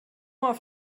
auf